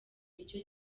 nicyo